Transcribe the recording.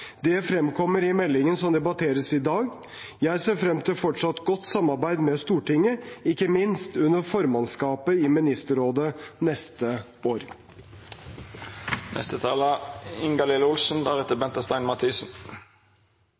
det fremkommer i meldingen som debatteres i dag. Jeg ser frem til et fortsatt godt samarbeid med Stortinget, ikke minst under formannskapet i Ministerrådet neste år.